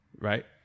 Right